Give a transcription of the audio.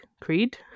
Creed